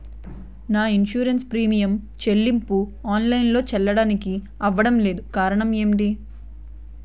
నా insurance premium చెల్లింపు online లో చెల్లించడానికి అవ్వడం లేదు కారణం ఏమిటి?